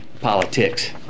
politics